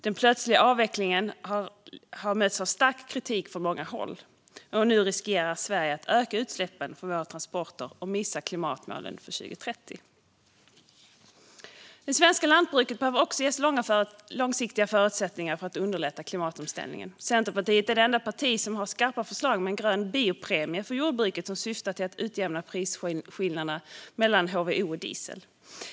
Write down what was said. Den plötsliga avvecklingen har mötts av stark kritik från många håll, och vi i Sverige riskerar nu att öka utsläppen från våra transporter och missa klimatmålen för 2030. Det svenska lantbruket behöver också ges långsiktiga förutsättningar för att underlätta klimatomställningen. Centerpartiet är det enda partiet som har skarpa förslag om en grön biopremie för jordbruket som syftar till att utjämna prisskillnaderna mellan HVO och diesel.